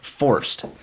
forced